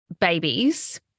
babies